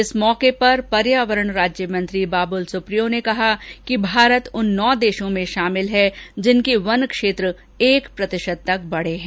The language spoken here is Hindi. इस अवसर पर पर्यावरण राज्य मंत्री बाबुल सुप्रियो ने कहा कि भारत उन नौ देशों में शामिल हैं जिनके वन क्षेत्र एक प्रतिशत तक बढ़े हैं